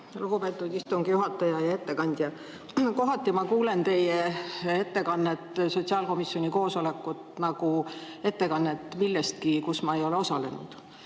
lugupeetud istungi juhataja! Hea ettekandja! Kohati ma kuulen teie ettekannet sotsiaalkomisjoni koosolekult nagu ettekannet millestki, kus ma ei ole osalenud.